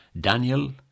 Daniel